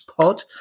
pod